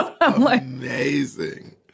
amazing